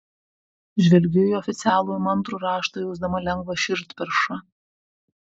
žvelgiu į oficialų įmantrų raštą jausdama lengvą širdperšą